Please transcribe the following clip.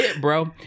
bro